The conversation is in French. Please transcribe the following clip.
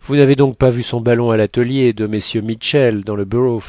vous n'avez donc pas vu son ballon à l'atelier de mm mittchell dans le borough